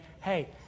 hey